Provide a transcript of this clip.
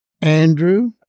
Andrew